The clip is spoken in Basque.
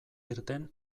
irten